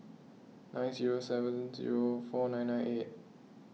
nine zero seven zero four nine nine eight